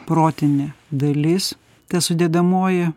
protinė dalis ta sudedamoji